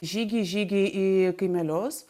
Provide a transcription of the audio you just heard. žygiai žygiai į kaimelius